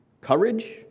courage